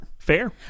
Fair